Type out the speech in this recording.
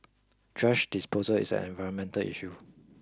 thrash disposal is an environmental issue